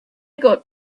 got